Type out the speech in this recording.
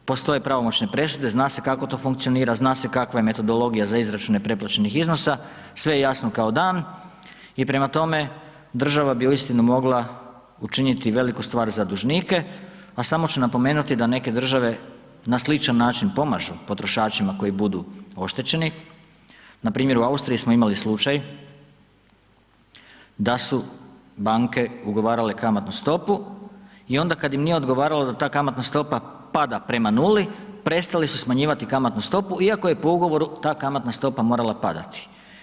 Postoje pravomoćne presude, zna se kako to funkcionira, zna se kakva je metodologija za izračune preplaćenih iznosa, sve je jasno kao dan i prema tome država bi uistinu mogla učiniti veliku stvar za dužnike, a samo ću napomenuti da neke države na sličan način pomažu potrošačima koji budu oštećeni, npr. u Austriji smo imali slučaj da su banke ugovarale kamatnu stopu i onda kad im nije odgovaralo da ta kamatna stopa pada prema 0 prestali su smanjivati kamatnu stopu iako je po ugovoru ta kamatna stopa morala padati.